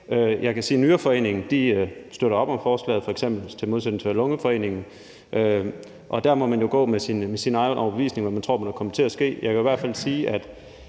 Jeg kan sige, at f.eks. Nyreforeningen støtter op om forslaget i modsætning til Lungeforeningen, og der må man jo gå med sin egen overbevisning om, hvad man tror der vil komme til at ske. Jeg kan i hvert fald sige